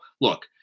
look